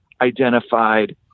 identified